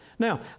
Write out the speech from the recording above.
Now